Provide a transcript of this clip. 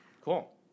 Cool